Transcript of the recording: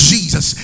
Jesus